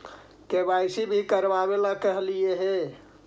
KYC भी करवावेला कहलिये हे?